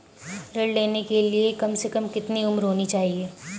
ऋण लेने के लिए कम से कम कितनी उम्र होनी चाहिए?